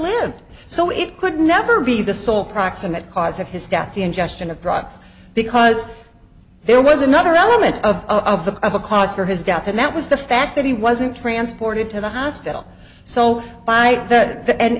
lived so it could never be the sole proximate cause of his death the ingestion of drugs because there was another element of of them of a cause for his death and that was the fact that he wasn't transported to the hospital so by th